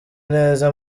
neza